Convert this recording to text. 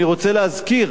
אני רוצה להזכיר,